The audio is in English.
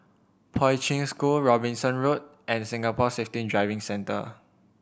Poi Ching School Robinson Road and Singapore Safety Driving Centre